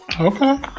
Okay